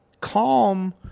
calm